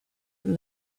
from